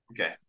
Okay